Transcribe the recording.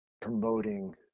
promoting